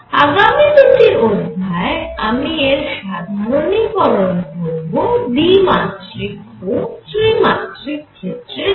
আগামী দুটি অধ্যায়ে আমি এর সাধারণীকরণ করব দ্বিমাত্রিক ও ত্রিমাত্রিক ক্ষেত্রের জন্য